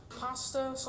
pasta